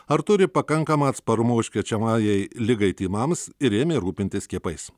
ar turi pakankamą atsparumą užkrečiamajai ligai tymams ir ėmė rūpintis skiepais